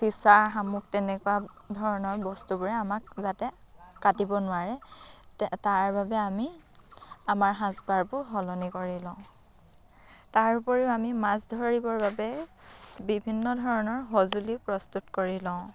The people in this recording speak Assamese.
চিচাৰ শামুক তেনেকুৱা ধৰণৰ বস্তুবোৰে আমাক যাতে কাটিব নোৱাৰে তাৰ বাবে আমি আমাৰ সাজ পাৰবোৰ সলনি কৰি লওঁ তাৰ উপৰিও আমি মাছ ধৰিবৰ বাবে বিভিন্ন ধৰণৰ সঁজুলি প্ৰস্তুত কৰি লওঁ